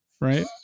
right